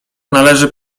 należy